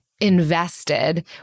invested